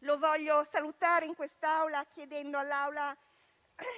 Lo voglio salutare qui, chiedendo all'Assemblea